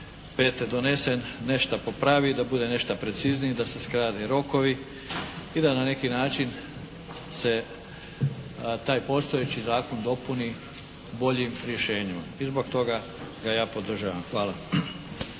2005. donesen nešta popravi i da bude nešta precizniji, da se skrate rokovi i da na neki način se taj postojeći zakon dopuni boljim rješenjima i zbog toga ga ja podržavam. Hvala.